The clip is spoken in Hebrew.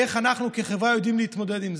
איך אנחנו כחברה יודעים להתמודד עם זה.